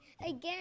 again